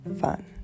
fun